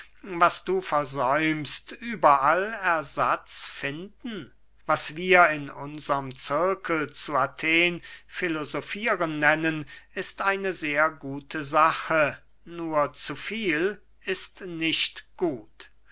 was du versäumst überall ersatz finden was wir in unserm zirkel zu athen filosofieren nennen ist eine sehr gute sache nur zu viel ist nicht gut